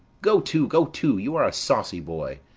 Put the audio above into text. go to, go to! you are a saucy boy.